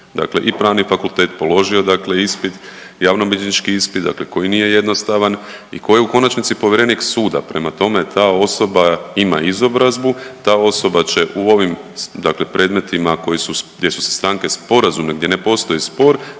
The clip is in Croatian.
dakle i pravni fakultet, položio dakle ispit, javnobilježnički ispit, dakle koji nije jednostavan i koji je u konačnici povjerenik suda. Prema tome, ta osoba ima izobrazbu, ta osoba će u ovim dakle predmetima koji su, gdje su se stranke sporazumno, gdje ne postoji spor